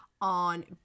on